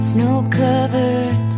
Snow-covered